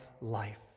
life